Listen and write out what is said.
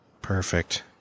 Perfect